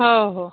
हो हो